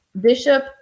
Bishop